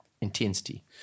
intensity